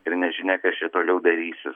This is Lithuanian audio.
ir nežinia kas čia toliau darysis